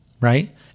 right